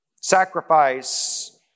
sacrifice